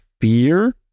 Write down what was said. fear